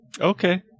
Okay